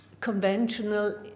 conventional